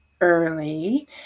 early